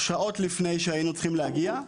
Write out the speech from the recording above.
שעות לפני שהיינו צריכים להגיע.